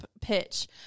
pitch